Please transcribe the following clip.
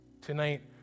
Tonight